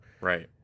Right